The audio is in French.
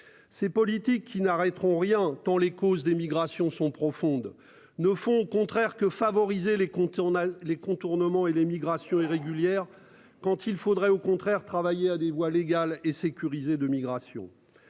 Ces politiques qui n'arrêteront rien tant les causes des migrations sont profondes ne font au contraire que favoriser les compter. On a les contournements et les migrations irrégulières. Quand il faudrait au contraire travailler à des voies légales et sécurisée de migration.